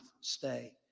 stay